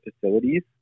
facilities